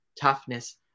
toughness